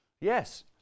yes